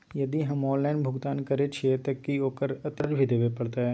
यदि हम ऑनलाइन भुगतान करे छिये त की ओकर अतिरिक्त चार्ज भी देबे परतै?